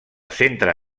centre